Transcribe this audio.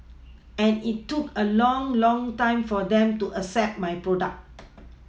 and it look a long long time for them to accept my product